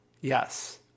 Yes